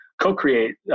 co-create